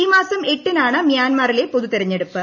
ഈമാസം എട്ടിനാണ് മ്യാൻമറിലെ പൊതുതെരഞ്ഞെടുപ്പ്